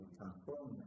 transform